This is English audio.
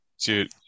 Dude